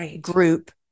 group